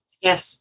Yes